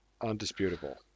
Undisputable